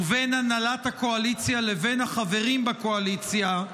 ובין הנהלת הקואליציה לבין החברים בקואליציה,